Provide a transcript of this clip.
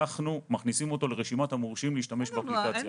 אנחנו מכניסים אותו לרשימת המורשים להשתמש באפליקציה.